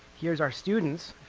here's our students,